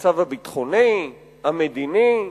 המצב הביטחוני, המדיני.